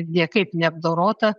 niekaip neapdorotą